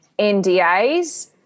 ndas